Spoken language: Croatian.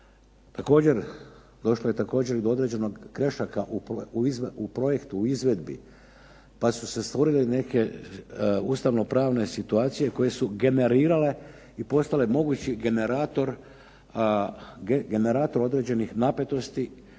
Također, došlo je također do određenog grešaka u projektu, u izvedbi. Pa su se stvorile neke ustavno-pravne situacije koje su generirale i postale mogući generator određenih napetosti